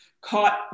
caught